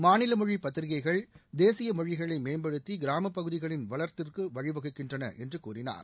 மாநில மொழி பத்திரிக்கைகள் தேசிய மொழிகளை மேம்படுத்தி கிராமப் பகுதிகளின் வளத்திற்கு வழிவகுக்கின்றன என்று கூறினார்